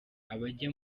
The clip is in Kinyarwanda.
abajya